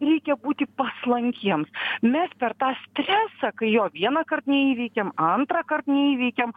reikia būti paslankiems mes per tą stresą kai jo vienąkart neįveikiam antrąkart neįveikiam